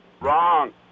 Wrong